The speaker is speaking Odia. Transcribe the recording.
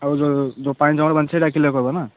ଆଉ ଯେଉଁ ଯେଉଁ ପାଣି ଜମାଟ ବାନ୍ଧିଛି ସେଇଟା ହବ ନା